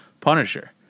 Punisher